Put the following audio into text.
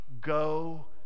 Go